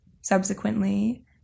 Subsequently